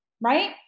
Right